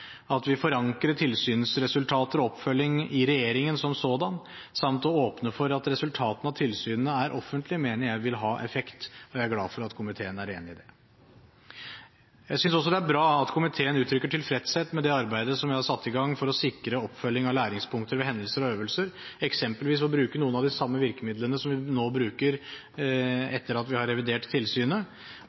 at vi forankrer tilsynsresultater og oppfølging i regjeringen som sådan samt åpner for at resultatene av tilsynene er offentlige, mener jeg vil ha effekt, og jeg er glad for at komiteen er enig i det. Jeg synes også det er bra at komiteen uttrykker tilfredshet med det arbeidet som vi har satt i gang for å sikre oppfølging av læringspunkter ved hendelser og øvelser, eksempelvis ved å bruke noen av de samme virkemidlene som vi nå bruker, etter at vi har revidert tilsynet